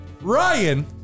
Ryan